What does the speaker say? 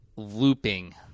looping